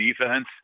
defense